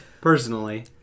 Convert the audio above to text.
Personally